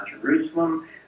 Jerusalem